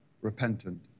repentant